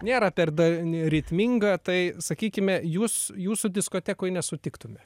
nėra perdėm ritmingą tai sakykime jūs jūsų diskotekoj nesutiktume